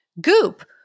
Goop